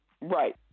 Right